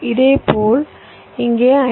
இதேபோல் இங்கே 5